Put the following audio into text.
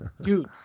Dude